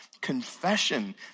Confession